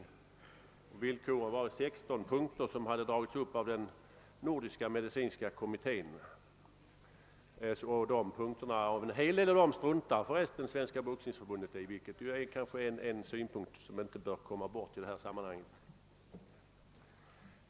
Som villkor uppställdes 16 punkter, som utarbetats av den nordiska medicinska kommittén — Svenska boxningsförbundet struntar för övrigt i en hel del av dessa punkter, vilket kanske är en synpunkt som inte bör komma bort i det här sammanhanget.